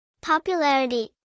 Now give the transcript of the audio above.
Popularity